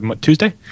Tuesday